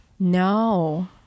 no